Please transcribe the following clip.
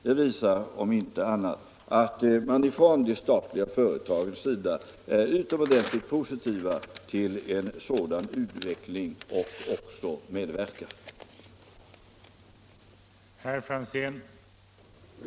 Detta, om inte annat, visar att de statliga företagen är utomordentligt positiva till en sådan utveckling och även medverkar till den.